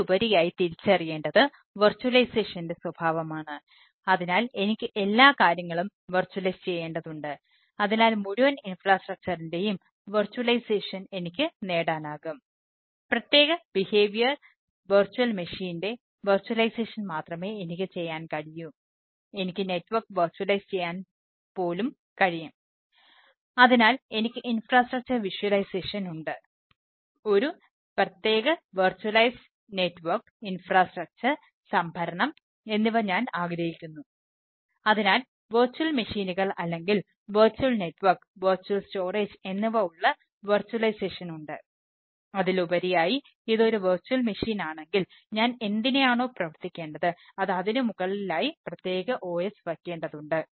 അതിലുപരിയായി തിരിച്ചറിയേണ്ടത് വിർച്വലൈസേഷന്റെ ഞാൻ എന്തിനെയാണോ പ്രവർത്തിക്കേണ്ടത് അത് അതിനുമുകളിലായി പ്രത്യേക OS വയ്ക്കേണ്ടതുണ്ട്